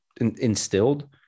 instilled